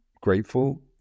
grateful